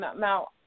now